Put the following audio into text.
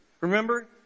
Remember